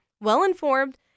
well-informed